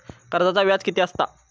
कर्जाचा व्याज कीती असता?